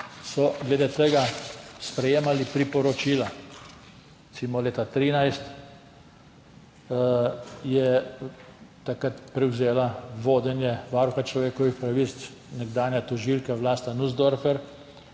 so glede tega sprejemali priporočila. Recimo leta 2013, takrat je prevzela vodenje Varuha človekovih pravic nekdanja tožilka Vlasta Nussdorfer,